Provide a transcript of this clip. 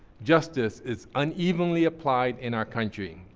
justice is unevenly applied in our country.